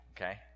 okay